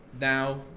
now